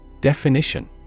Definition